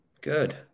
Good